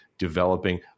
Developing